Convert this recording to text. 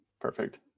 Perfect